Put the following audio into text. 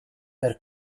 per